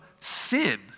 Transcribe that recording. sin